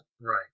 right